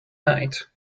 night